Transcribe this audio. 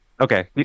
Okay